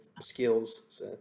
skills